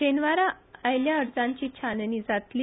शेनवारा आयिल्ल्या अर्जांची छाननी जातली